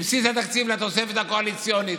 מבסיס התקציב לתוספת הקואליציונית.